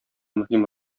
мөһим